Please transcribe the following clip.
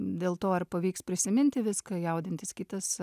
dėl to ar pavyks prisiminti viską jaudintis kitas